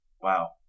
wow